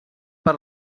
per